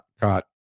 caught